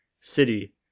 city